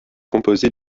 composé